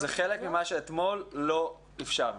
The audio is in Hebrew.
זה חלק ממה שאתמול לא אפשרנו.